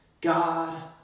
God